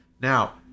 Now